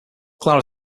clara